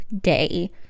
day